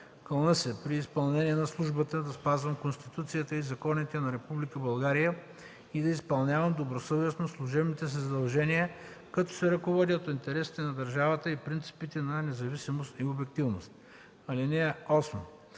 „Кълна се при изпълнение на службата да спазвам Конституцията и законите на Република България и да изпълнявам добросъвестно служебните си задължения като се ръководя от интересите на държавата и принципите на независимост и обективност.” (8)